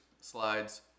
slides